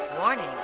warning